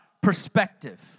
perspective